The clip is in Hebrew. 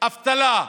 אבטלה,